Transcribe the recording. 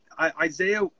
Isaiah